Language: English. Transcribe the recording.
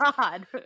god